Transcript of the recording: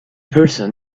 person